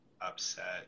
upset